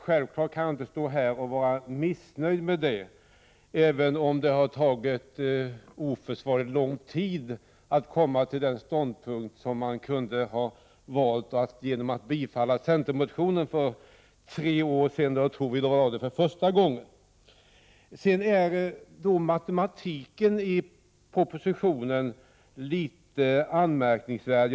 Självfallet kan jag då inte vara missnöjd med det, även om det har tagit oförsvarligt lång tid innan regeringen kommit till denna ståndpunkt som man kunde ha tagit genom ett bifall till en centermotion för tre år sedan — jag tror det var då vi föreslog det för första gången. Matematiken i propositionen är litet anmärkningsvärd.